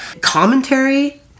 commentary